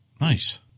Nice